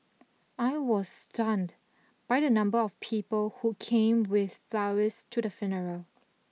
I was stunned by the number of people who came with flowers to the funeral